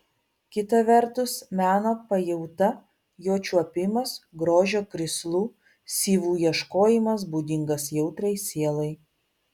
kita vertus meno pajauta jo čiuopimas grožio krislų syvų ieškojimas būdingas jautriai sielai